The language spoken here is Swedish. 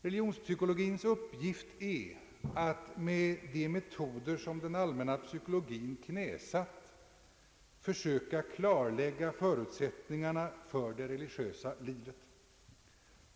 Religionspsykolögiens uppgift är att med metoder, som den allmänna psykologien knäsatt, försöka klarlägga förutsättningarna för det religiösa livet.